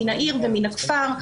מן העיר ומן הכפר,